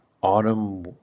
autumn